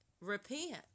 repent